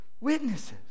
witnesses